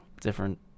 different